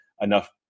enough